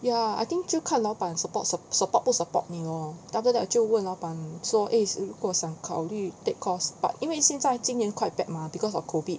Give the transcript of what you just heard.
ya I think 就要看老板 support 不 support 你 lor then after that 就问老板说 eh 如果想考虑 take course but 因为现在今年 quite bad mah because of COVID